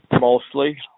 mostly